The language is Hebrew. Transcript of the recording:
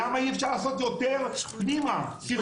למה אי-אפשר לעשות יותר פנימה, שיחות?